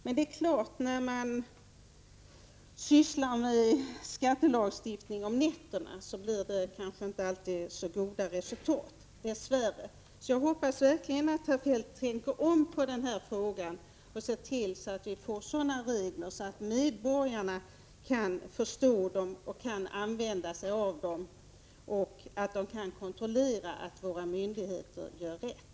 Men det är klart att när man sysslar med skattelagstiftning om nätterna, blir det kanske inte alltid så goda resultat, dess värre. Jag hoppas verkligen att man tänker om i denna fråga och ser till att vi får sådana regler att medborgarna kan förstå dem och använda sig av dem och att de kan kontrollera att våra myndigheter gör rätt.